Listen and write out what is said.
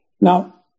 Now